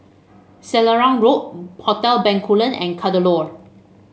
Selarang Road Hotel Bencoolen and Kadaloor